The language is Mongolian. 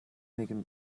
нэгэн